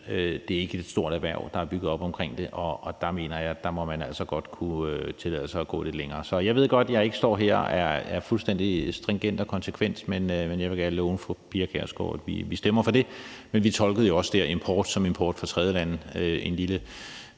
Det er ikke et stort erhverv, der er bygget op omkring det. Jeg mener, at der må man altså godt kunne tillade sig at gå lidt længere. Så jeg ved godt, at jeg ikke står her og er fuldstændig stringent og konsekvent, men jeg vil gerne love fru Pia Kjærsgaard, at vi stemmer for det. Men vi tolkede jo også det her med import som import fra tredjelande. Det